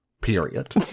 period